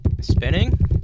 Spinning